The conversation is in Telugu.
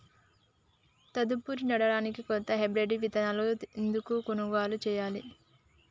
తదుపరి నాడనికి కొత్త హైబ్రిడ్ విత్తనాలను ఎందుకు కొనుగోలు చెయ్యాలి?